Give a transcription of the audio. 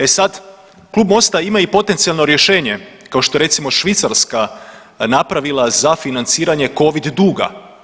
E sad, Klub Mosta ima i potencijalno rješenje, kao što je recimo Švicarska napravila za financiranje Covid duga.